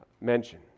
mention